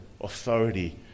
authority